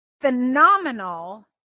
phenomenal